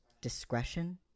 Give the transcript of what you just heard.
discretion